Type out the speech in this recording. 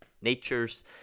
nature's –